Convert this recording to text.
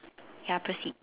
ya proceed